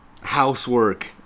housework